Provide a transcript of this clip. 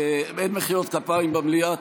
אין מחיאות כפיים במליאה.